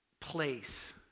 place